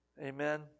Amen